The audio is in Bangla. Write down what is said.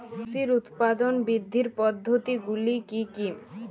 কৃষির উৎপাদন বৃদ্ধির পদ্ধতিগুলি কী কী?